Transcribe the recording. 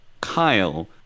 Kyle